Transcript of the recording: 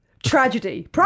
Tragedy